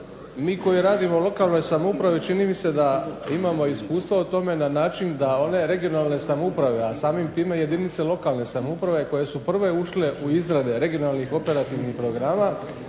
Mi koji radimo u lokalnoj samoupravi čini mi se da imamo iskustva u tome na način da one regionalne samouprave, a samim time jedinice lokalne samouprave koje su prve ušle u izrade regionalnih operativnih programa,